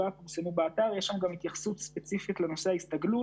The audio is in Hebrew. שהיתה אמורה לפרסם את המסקנות שלה אי שם כעבור שנה.